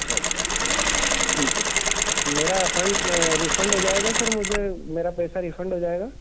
अच्छा अच्छा ठीक है सर मेरा फंड रिफ़ंड हो जाएगा सर मुझे मेरा पैसा रिफ़ंड हो जाएगा